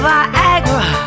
Viagra